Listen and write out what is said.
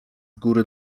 góry